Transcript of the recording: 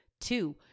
Two